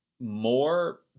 more